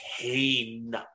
pain